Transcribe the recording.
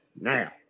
now